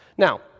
Now